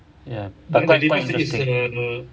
ya but quite quite interesting